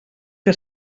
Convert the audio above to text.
que